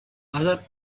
other